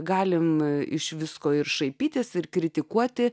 galime iš visko ir šaipytis ir kritikuoti